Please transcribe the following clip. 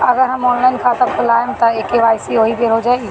अगर हम ऑनलाइन खाता खोलबायेम त के.वाइ.सी ओहि बेर हो जाई